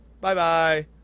Bye-bye